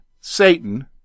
Satan